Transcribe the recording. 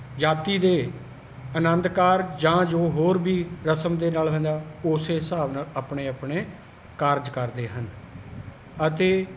ਜਾਤੀ ਦੇ ਅਨੰਦ ਕਾਰਜ ਜਾਂ ਜੋ ਹੋਰ ਵੀ ਰਸਮ ਦੇ ਨਾਲ ਉਸੇ ਹਿਸਾਬ ਨਾਲ ਆਪਣੇ ਆਪਣੇ ਕਾਰਜ ਕਰਦੇ ਹਨ ਅਤੇ